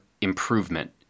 improvement